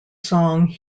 song